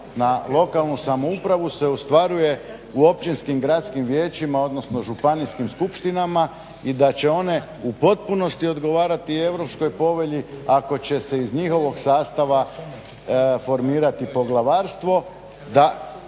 na lokalnu samoupravu se ostvaruje u općinskim, gradskim vijećima, odnosno županijskim skupštinama i da će one u potpunosti odgovarati Europskoj povelji ako će se iz njihovog sastava formirati poglavarstvo